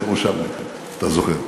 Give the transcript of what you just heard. אתה ירושלמי, אתה זוכר.